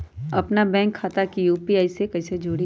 अपना बैंक खाता के यू.पी.आई से कईसे जोड़ी?